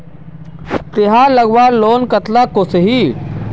तेहार लगवार लोन कतला कसोही?